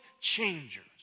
changers